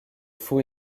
fou